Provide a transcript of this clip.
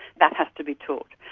that has to be taught.